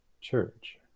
church